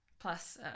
Plus